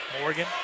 Morgan